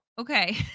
okay